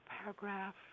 paragraph